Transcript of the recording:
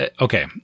okay